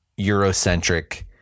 eurocentric